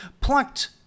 Plucked